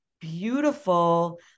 beautiful